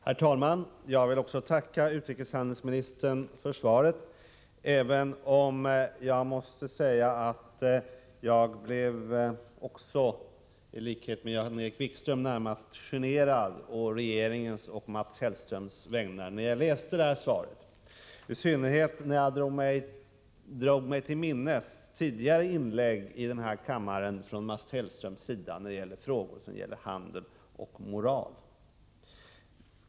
Herr talman! Jag vill också tacka utrikeshandelsministern för svaret, även om jag i likhet med Jan-Erik Wikström blev närmast generad å regeringens och Mats Hellströms vägnar när jag läste det här svaret, i synnerhet som jag drog mig till minnes tidigare inlägg i denna kammare från Mats Hellströms sida om handel och moral.